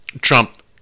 Trump